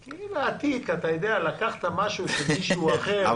כי להעתיק, לקחת משהו של מישהו אחר, אתה יודע...